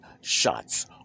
shots